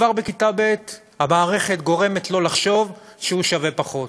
כבר בכיתה ב' המערכת גורמת לו לחשוב שהוא שווה פחות,